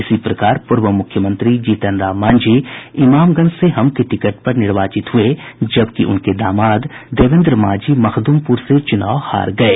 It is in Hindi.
इसी प्रकार पूर्व मुख्यमंत्री जीतन राम मांझी इमामगंज से हम के टिकट पर निर्वाचित हुये जबकि उनके दामाद देवेन्द्र मांझी मखदुमपुर में चुनाव हार गये